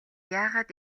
яагаад